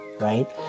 right